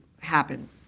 happen